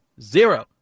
zero